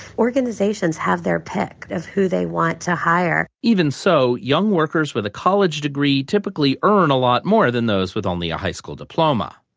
organizations have their pick of who they want to hire. still, so young workers with a college degree typically earn a lot more than those with only a high school diploma.